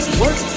work